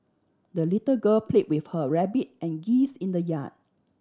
the little girl play with her rabbit and geese in the yard